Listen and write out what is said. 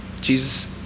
Jesus